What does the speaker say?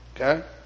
Okay